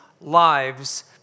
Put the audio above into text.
lives